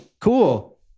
Cool